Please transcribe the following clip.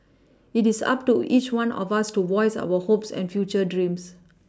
it is up to each one of us to voice our hopes and future dreams